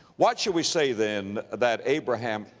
what shall we say, then, that abraham,